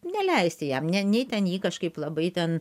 neleisti jam ne nei ten jį kažkaip labai ten